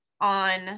on